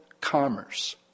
commerce